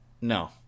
No